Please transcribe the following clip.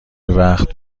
وقت